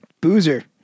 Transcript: Boozer